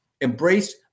embrace